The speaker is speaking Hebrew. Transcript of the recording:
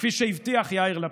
כפי שהבטיח יאיר לפיד.